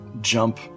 jump